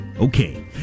Okay